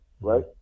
Right